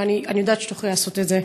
אני יודעת שאת תוכלי לעשות את זה.